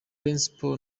principal